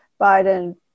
Biden